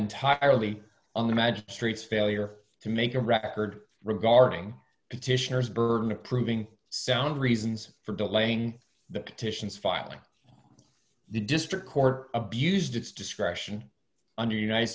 entirely on the magistrate's failure to make a record regarding petitioners burden of proving sound reasons for delaying the petitions filing the district court abused its discretion under united